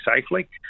safely